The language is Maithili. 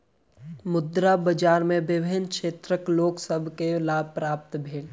मुद्रा बाजार में विभिन्न क्षेत्रक लोक सभ के लाभ प्राप्त भेल